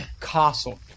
castle